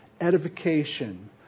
edification